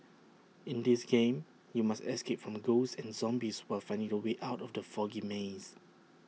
in this game you must escape from ghosts and zombies while finding the way out of the foggy maze